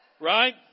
Right